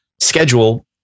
schedule